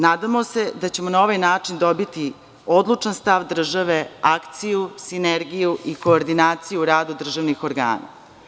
Nadamo se da ćemo na ovaj način dobiti odlučan stav države, akciju, sinergiju i koordinaciju u radu državnih organa.